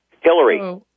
Hillary